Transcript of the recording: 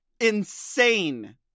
insane